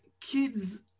kids